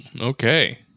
okay